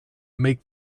make